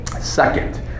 Second